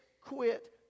Quit